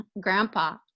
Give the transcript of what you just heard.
Grandpa